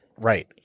Right